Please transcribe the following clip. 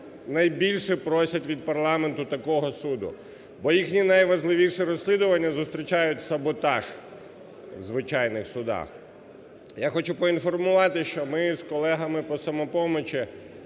найбільше просять від парламенту такого суду, бо їхні найважливіші розслідування зустрічають саботаж у звичайних судах. Я хочу поінформувати, що ми з колегами по "Самопомочі"